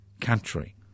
country